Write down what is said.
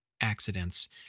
accidents